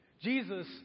Jesus